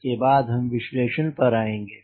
उसके बाद हम विश्लेषण पर आएँगे